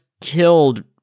killed